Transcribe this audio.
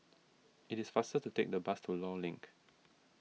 it is faster to take the bus to Long Link